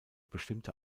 bestimmte